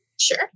Sure